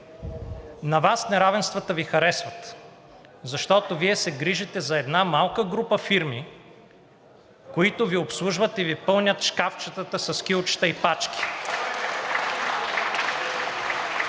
На Вас неравенствата Ви харесват, защото Вие се грижите за една малка група фирми, които Ви обслужват и Ви пълнят шкафчетата с кюлчета и пачки